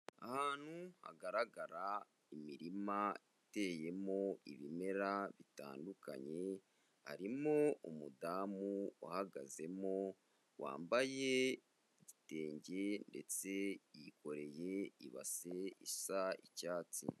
Ahantu hagaragara imirima iteyemo ibimera bitandukanye, harimo umudamu uhagazemo wambaye ibitenge ndetse yikoreye ibase isa icyatsi.